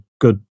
good